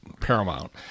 paramount